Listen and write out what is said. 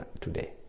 today